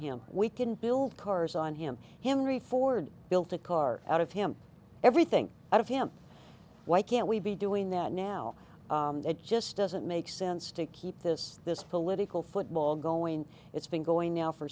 him we can build cars on him him free ford built a car out of him everything out of him why can't we be doing that now it just doesn't make sense to keep this this political football going it's been going now for